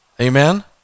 amen